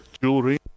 jewelry